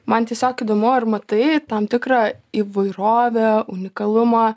man tiesiog įdomu ar matai tam tikrą įvairovę unikalumą